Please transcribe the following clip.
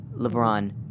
LeBron